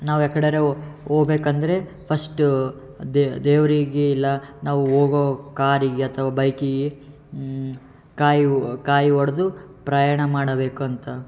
ನಾವು ಯಾವ ಕಡೆರ ಹೋಬೇಕಂದ್ರೆ ಫಸ್ಟೂ ದೇವರಿಗೆ ಇಲ್ಲ ನಾವು ಹೋಗೋ ಕಾರಿಗೆ ಅಥವಾ ಬೈಕಿಗೆ ಕಾಯಿ ಕಾಯಿ ಒಡೆದು ಪ್ರಯಾಣ ಮಾಡಬೇಕು ಅಂತ